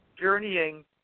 journeying